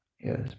Yes